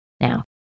Now